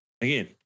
again